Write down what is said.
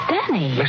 Danny